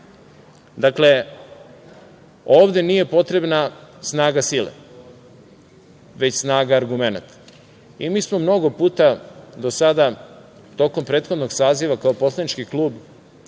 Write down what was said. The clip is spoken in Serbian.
nemoć. Dakle, ovde nije potrebna snaga sile, već snaga argumenata. Mi smo mnogo puta do sada, tokom prethodnog saziva, kao poslanički klub